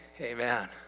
Amen